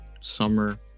summer